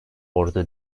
ordu